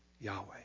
Yahweh